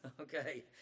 Okay